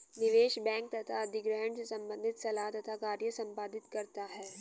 निवेश बैंक तथा अधिग्रहण से संबंधित सलाह तथा कार्य संपादित करता है